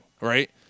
right